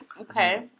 Okay